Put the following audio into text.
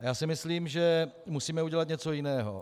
Já si myslím, že musíme udělat něco jiného.